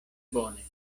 bone